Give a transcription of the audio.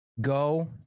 Go